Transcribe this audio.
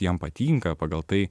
jam patinka pagal tai